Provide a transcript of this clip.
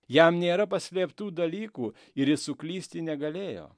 jam nėra paslėptų dalykų ir jis suklysti negalėjo